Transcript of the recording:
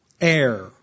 Air